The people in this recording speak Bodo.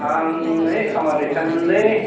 आं ओइ खामादै थांनोलै